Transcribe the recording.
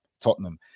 Tottenham